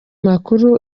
makuru